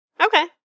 Okay